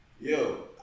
yo